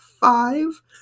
five